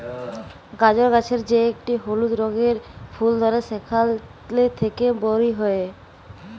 গাজর গাছের যে একটি হলুদ রঙের ফুল ধ্যরে সেখালে থেক্যে মরি হ্যয়ে